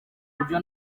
uburyo